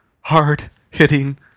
hard-hitting